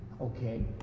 Okay